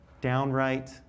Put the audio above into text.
downright